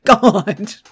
God